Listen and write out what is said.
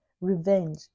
revenge